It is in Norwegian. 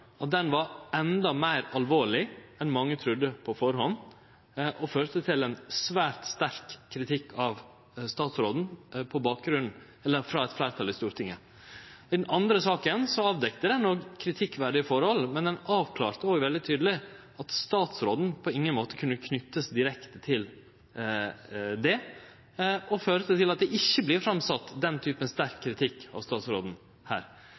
var endå meir alvorleg enn mange trudde på førehand, og førte til ein svært sterk kritikk av statsråden frå eit fleirtal i Stortinget. Den andre saka avdekte òg kritikkverdige forhold, men ho avklarte òg veldig tydeleg at statsråden på ingen måte kunne knytast direkte til det. Det førte til at det ikkje vart sett fram den typen sterk kritikk av statsråden.